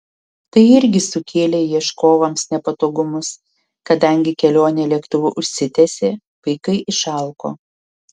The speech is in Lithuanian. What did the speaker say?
tai irgi sukėlė ieškovams nepatogumus kadangi kelionė lėktuvu užsitęsė vaikai išalko